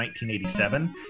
1987